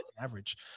average